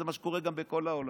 זה גם מה שקורה בכל העולם.